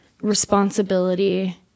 responsibility